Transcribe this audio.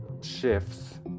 shifts